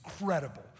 incredible